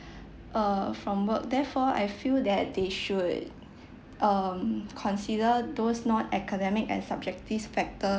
uh from work therefore I feel that they should um consider those not academic and subjectives factor